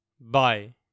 Bye